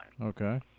Okay